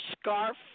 scarf